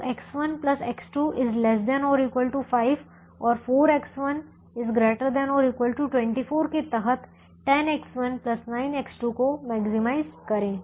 तो X1X2 ≤ 5 और 4X1 ≥ 24 के तहत 10X19X2 को मैक्सिमाइज करें